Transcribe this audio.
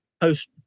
post